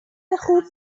خوب